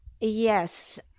Yes